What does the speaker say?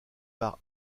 par